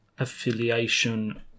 affiliation